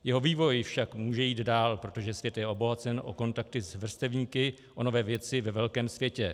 Jeho vývoj však může jít dál, protože svět je obohacen o kontakty s vrstevníky, o nové věci ve velkém světě.